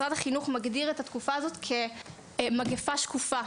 משרד החינוך מגדיר את התקופה הזאת כמגפה שקופה,